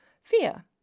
Fear